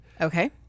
Okay